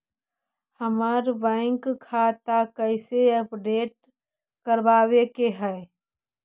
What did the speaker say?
हमर बैंक खाता कैसे अपडेट करबाबे के है?